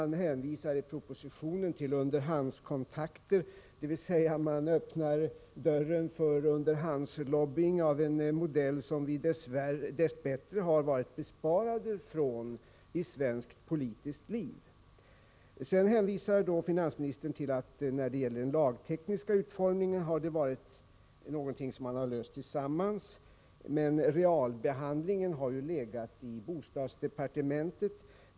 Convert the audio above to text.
Man hänvisar i propositionen till underhandskontakter, dvs. man öppnar dörren för underhandslobbying av en modell som vi dess bättre varit besparade från i svenskt politiskt liv. När det gäller det lagtekniska säger finansministern att detta lösts i samarbete mellan bostadsoch finansdepartementen, men realbehandlingen har ju skötts av bostadsdepartementet.